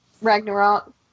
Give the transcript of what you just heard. Ragnarok